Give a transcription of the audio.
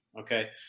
Okay